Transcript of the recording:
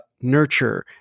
nurture